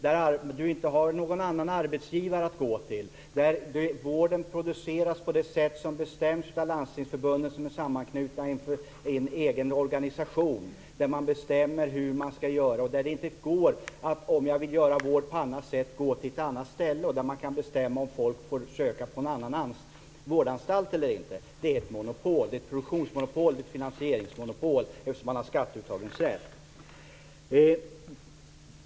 Det finns ingen annan arbetsgivare att gå till. Vården produceras på det sätt som bestäms av landstingsförbunden som är sammanknutna i en egen organisation. Där bestämmer man hur man skall göra. Där kan jag om jag vill göra vård på något annat sätt inte gå till ett annat ställe. Där kan man bestämma om folk får söka till en annan vårdanstalt eller inte. Det är ett monopol. Det är ett produktionsmonopol, och det är ett finansieringsmonopol eftersom man har skatteuttagningsrätt.